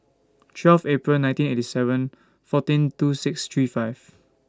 twelve April nineteen eighty seven fourteen two six three five